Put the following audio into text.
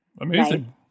Amazing